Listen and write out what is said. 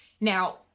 Now